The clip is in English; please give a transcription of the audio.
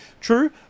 True